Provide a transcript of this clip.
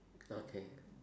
okay